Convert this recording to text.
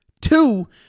Two